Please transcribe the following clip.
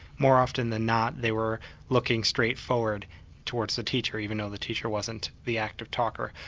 more often than not they were looking straight forward towards the teacher, even though the teacher wasn't the active talker.